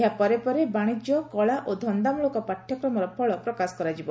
ଏହା ପରେ ପରେ ବାଶିଜ୍ୟ କଳା ଓ ଧନ୍ଦାମଳକ ପାଠ୍ୟକ୍ରମର ଫଳ ପ୍ରକାଶ କରାଯିବ